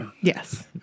Yes